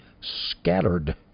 scattered